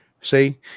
See